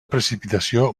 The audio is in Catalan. precipitació